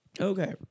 Okay